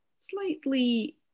slightly